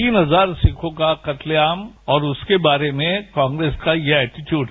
तीन हजार सिक्खोंग का कत्लेसआम और उसके बारे में कांग्रेस का ये एटीट्वूट